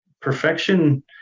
perfection